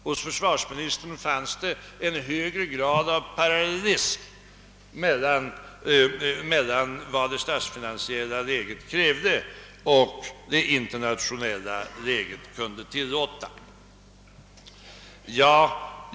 Hos försvarsministern fanns det en högre grad av parallellism mellan vad det statsfinansiella läget krävde och vad det internationella läget kunde tillåta.